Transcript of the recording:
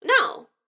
No